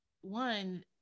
one